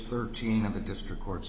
thirteen of the district court's